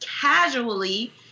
casually